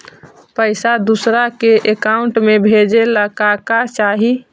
पैसा दूसरा के अकाउंट में भेजे ला का का चाही?